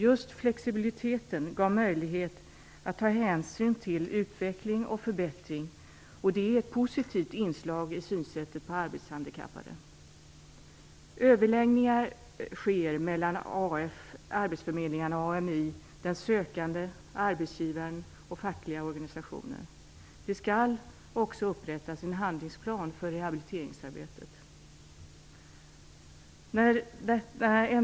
Just flexibiliteten gav möjligheter att ta hänsyn till utveckling och förbättring, och det är ett positivt inslag i synsättet på arbetshandikappade. Överläggningar sker mellan arbetsförmedlingar, AMI, den sökande, arbetsgivare och fackliga organisationer. Det skall också upprättas en handlingsplan för rehabiliteringsarbetet.